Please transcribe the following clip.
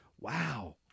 wow